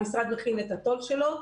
המשרד מכין את התו"ל שלו.